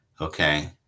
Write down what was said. okay